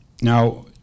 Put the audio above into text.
Now